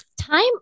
Time